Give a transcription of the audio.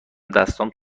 دستام